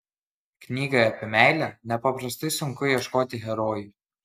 knygai apie meilę nepaprastai sunku ieškoti herojų